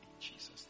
Jesus